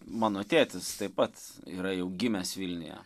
mano tėtis tai pats yra jau gimęs vilniuje